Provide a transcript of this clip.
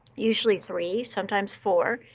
usually three, sometimes four.